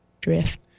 drift